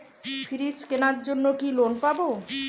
Fridge কেনার জন্য কি লোন পাব?